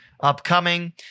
upcoming